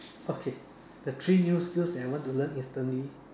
okay the three new skills that I want to learn instantly